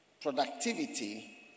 productivity